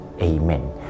Amen